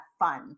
fun